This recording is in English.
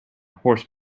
horse